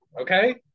okay